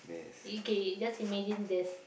okay just imagine there's